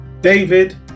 David